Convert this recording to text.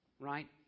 Right